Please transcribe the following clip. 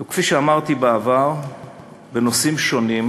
כפי שאמרתי בעבר בנושאים שונים,